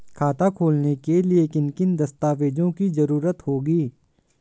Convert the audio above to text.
खाता खोलने के लिए किन किन दस्तावेजों की जरूरत होगी?